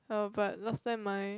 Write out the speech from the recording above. oh but last time my